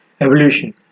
evolution